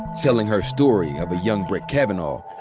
telling her story of a young brett kavanaugh,